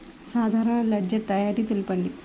సాధారణ లెడ్జెర్ తయారి తెలుపండి?